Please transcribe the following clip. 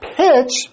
pitch